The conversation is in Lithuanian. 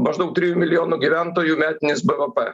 maždaug trijų milijonų gyventojų metinis bvp